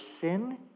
sin